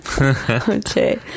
okay